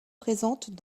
présentes